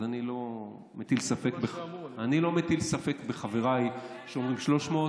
אז אני לא מטיל ספק בחבריי שאומרים 300,